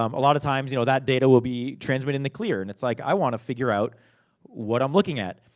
um a lot of times, you know, that data will be transmitted in the clear and it's like i wanna figure out what i'm looking at.